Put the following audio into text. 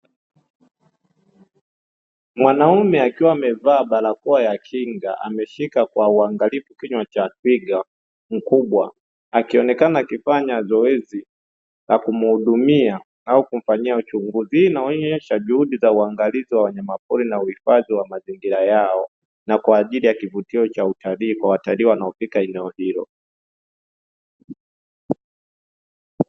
Mwanaume akiwa amevaa balakoa ya kinga ameshika kwa uaangalifu kinywa cha twiga mkubwa akionekana akifanya zoezi la kumuhudumia au kumfanyia uchunguzi, hii inaonesha juhudi za uangalizi wa wanyama poli kwa mazingira yao na kwaajili ya kivutio cha watalii kwa watalii wanaofika katika eneo hilo.